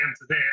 today